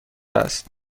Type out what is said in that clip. است